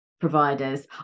providers